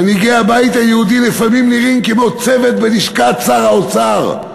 מנהיגי הבית היהודי לפעמים נראים כמו צוות בלשכת שר האוצר.